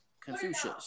Confucius